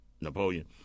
Napoleon